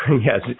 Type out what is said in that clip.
yes